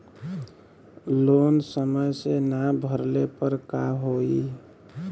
Loan समय से ना भरले पर का होयी?